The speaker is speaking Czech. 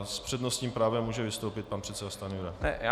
S přednostním právem může vystoupit pan předseda Stanjura.